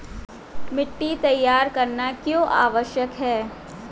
मिट्टी तैयार करना क्यों आवश्यक है?